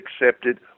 accepted